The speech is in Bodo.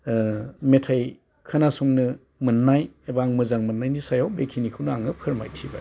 मेथाइ खोनासंनो मोननाय एबा आं मोजां मोननायनि सायाव बेखिनिखौनो आङो फोरमायथिबाय